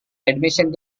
admission